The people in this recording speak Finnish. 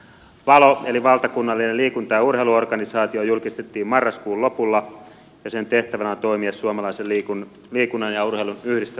valo eli valtakunnallinen liikunta ja urheiluorganisaatio julkistettiin marraskuun lopulla ja sen tehtävänä on toimia suomalaisen liikunnan ja urheilun yhdistävänä voimana